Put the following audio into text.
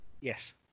Yes